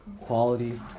quality